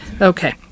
Okay